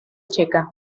checa